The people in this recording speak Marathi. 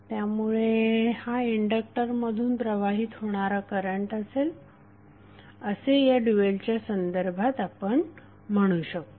त्यामुळे हा इंडक्टर मधून प्रवाहित होणारा करंट असेल असे या ड्युएलच्या संदर्भात आपण म्हणू शकतो